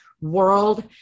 world